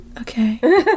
okay